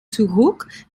zurück